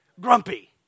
grumpy